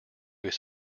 his